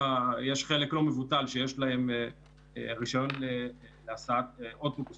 יש חלק לא מבוטל שיש להם רישיון להסעת אוטובוס,